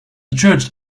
judge